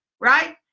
right